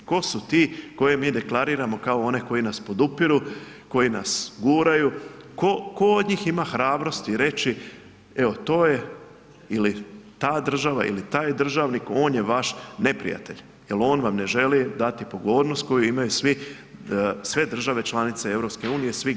Tko su ti koje mi deklariramo kao one koji nas podupiru, koji nas guraju, tko od njih ima hrabrosti reći, evo, to je ili ta država ili taj državnik, on je vaš neprijatelj jer on vam ne želi dati pogodnost koju imaju sve države članice EU, svi građani EU.